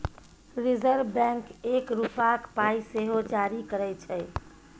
reserve bank एक रुपाक पाइ सेहो जारी करय छै